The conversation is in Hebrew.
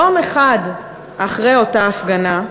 יום אחד אחרי אותה הפגנה,